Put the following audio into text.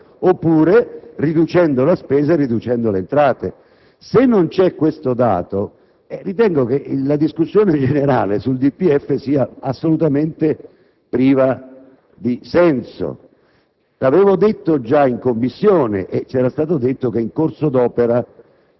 come proposta del Governo - aumentando la spesa e aumentando le entrate o riducendo la spesa e riducendo le entrate. Se non c'è questo dato, ritengo che la discussione generale sul DPEF sia assolutamente priva di senso.